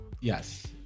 Yes